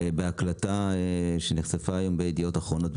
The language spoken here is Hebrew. בהקלטה שנחשפה היום בידיעות אחרונות,